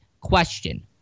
question—